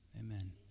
Amen